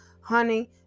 honey